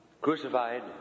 crucified